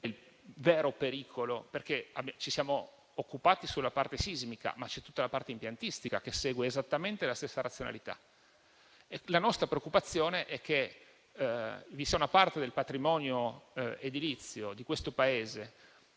il vero pericolo, perché ci siamo occupati della parte sismica, ma c'è tutta la parte impiantistica che segue esattamente la stessa razionalità. La nostra preoccupazione è che vi sia una parte del patrimonio edilizio di questo Paese